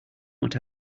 what